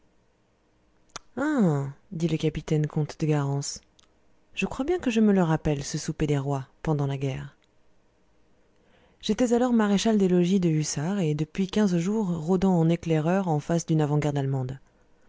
dit le capitaine comte de garens je crois bien que je me le rappelle ce souper des rois pendant la guerre j'étais alors maréchal des logis de hussards et depuis quinze jours rôdant en éclaireur en face d'une avant-garde allemande